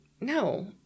no